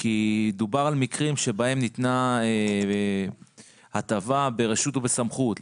דובר על מקרים שבהם ניתנה הטבה ברשות ובסמכות.